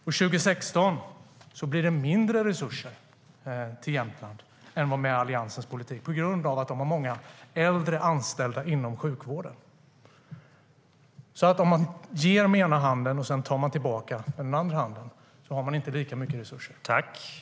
År 2016 blir det mindre resurser till Jämtland än med Alliansens politik på grund av att de har många äldre anställda inom sjukvården.